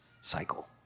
cycle